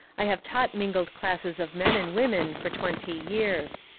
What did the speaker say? i have taught mingled classes of men and women for twenty years.